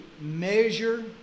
measure